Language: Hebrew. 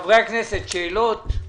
חברי הכנסת, שאלות?